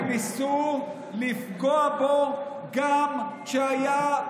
וניסו לפגוע בו גם כשהיה ברכב,